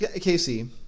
casey